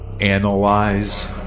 Analyze